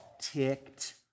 ticked